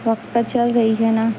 وقت پر چل رہی ہے نا